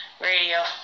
Radio